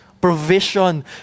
provision